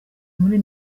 muri